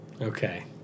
Okay